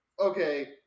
Okay